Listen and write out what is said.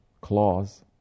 claws